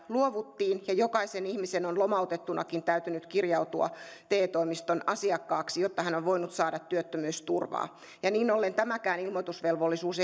luovuttiin ja jokaisen ihmisen on lomautettunakin täytynyt kirjautua te toimiston asiakkaaksi jotta hän on voinut saada työttömyysturvaa niin ollen tämäkään ilmoitusvelvollisuus